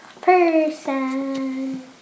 person